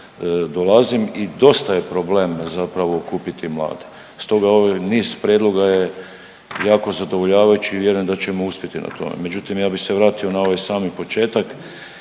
dolazim i dosta je problem zapravo okupiti mlade. Stoga ovih niz prijedloga je jako zadovoljavajući i vjerujem da ćemo uspjeti na tome. Međutim, ja bih se vratio na ovaj sami početak